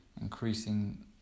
increasing